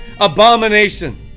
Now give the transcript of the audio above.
abomination